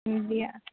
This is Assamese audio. দিয়া